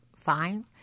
fine